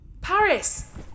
Paris